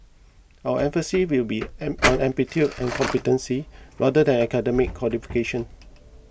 our emphasis will be an aptitude and competency rather than academic qualifications